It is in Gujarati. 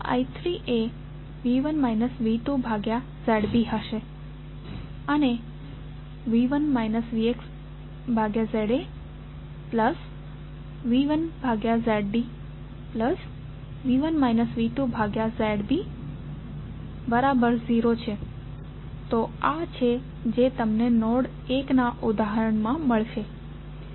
I3 એ V1 V2ZB હશે અને V1 VxZAV1ZDV1 V2ZB0 છે તો આ છે જે તમને નોડ 1 ના ઉદાહરણમાં મળશે